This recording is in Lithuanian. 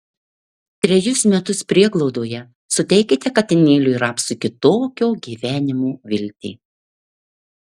trejus metus prieglaudoje suteikite katinėliui rapsui kitokio gyvenimo viltį